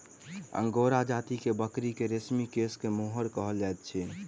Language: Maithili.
अंगोरा जाति के बकरी के रेशमी केश के मोहैर कहल जाइत अछि